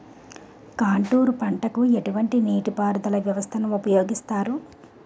Contour పంటకు ఎటువంటి నీటిపారుదల వ్యవస్థను ఉపయోగిస్తారు?